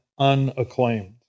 unacclaimed